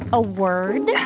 a word?